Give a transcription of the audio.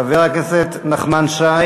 חבר הכנסת נחמן שי